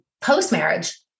post-marriage